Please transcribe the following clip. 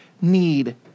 need